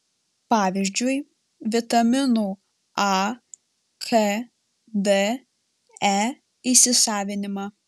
pavyzdžiui vitaminų a k d e įsisavinimą